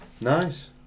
Nice